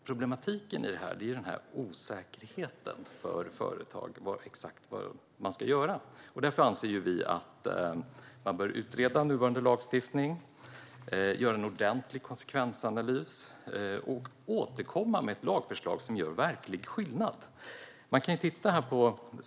Problematiken här är osäkerheten för företagarna vad de exakt ska göra. Därför anser vi att man bör utreda nuvarande lagstiftning, göra en ordentlig konsekvensanalys och återkomma med ett lagförslag som gör verklig skillnad.